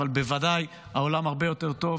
אבל בוודאי העולם הרבה יותר טוב